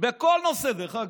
בכל נושא, דרך אגב.